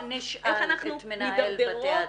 אנחנו תכף נשאל את מנהל בתי הדין.